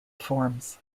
forms